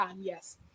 Yes